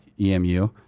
emu